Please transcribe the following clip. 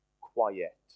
quiet